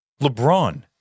LeBron